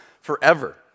forever